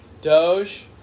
doge